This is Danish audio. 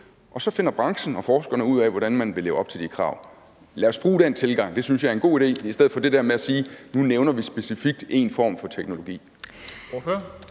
og så finder branchen og forskerne ud af, hvordan man vil leve op til de krav. Lad os bruge den tilgang – det synes jeg er en god idé – i stedet for det der med at sige: Nu nævner vi specifikt én form for teknologi.